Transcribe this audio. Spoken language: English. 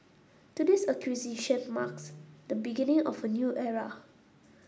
today's acquisition marks the beginning of a new era